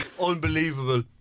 Unbelievable